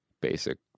basic